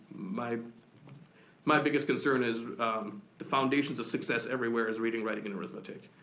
my my biggest concern is the foundation's a success everywhere is reading, writing and arithmetic,